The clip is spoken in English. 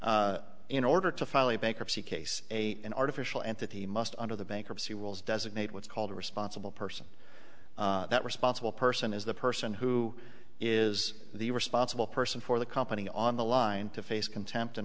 in order to file a bankruptcy case a an artificial and that he must under the bankruptcy rules designate what's called a responsible person that responsible person is the person who is the responsible person for the company on the line to face contempt and